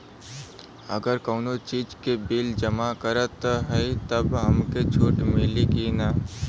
अगर कउनो चीज़ के बिल जमा करत हई तब हमके छूट मिली कि ना?